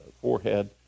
forehead